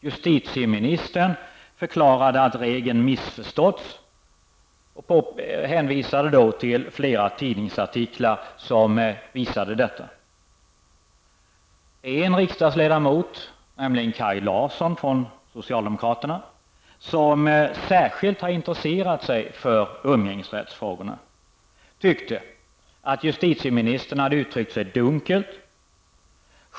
Justitieministern förklarade att regeln hade missförståtts och hänvisade till flera tidningsartiklar som visade på detta faktum. En riksdagsledamot -- Kaj Larsson, socialdemokraterna -- har intresserat sig särskilt för umgängesrättsfrågorna. Han tyckte att justitieministern hade uttryckt sig dunkelt.